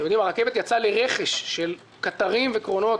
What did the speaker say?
הרכבת יצאה לרכש של קטרים וקרונועים,